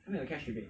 me on cash rebate